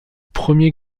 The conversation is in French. premier